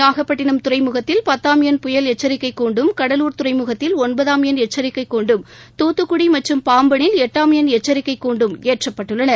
நாகப்பட்டினம் துறைமுகத்தில் பத்தாம் எண் புயல் எச்சரிக்கை கூண்டும் கடலூர் துறைமுகத்தில் ஒன்பதாம் எண் எச்சிக்கை கூண்டும் தூத்துக்குடி மற்றும் பாம்பளில் எட்டாம் எண் எச்சிக்கை கூண்டும் ஏற்றப்பட்டுள்ளன